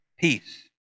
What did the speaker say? Peace